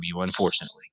unfortunately